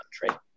country